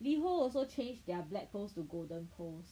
Liho also changed their black pearls to golden pearls